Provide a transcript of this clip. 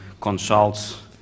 consults